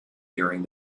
during